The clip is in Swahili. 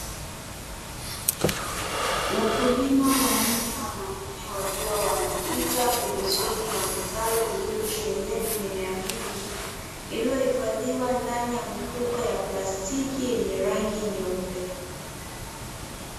Wakulima wanne wanaume wakiwa wanapita pembezoni mwa vitalu vilivyosheheni mimea mingi, iliyohifadhiwa ndani ya mifuko ya plastiki yenye rangi nyeupe.